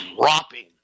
dropping